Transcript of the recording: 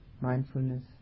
mindfulness